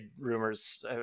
rumors